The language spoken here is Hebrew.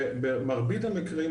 במרבית המקרים,